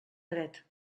dret